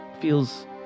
feels